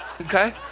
okay